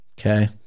Okay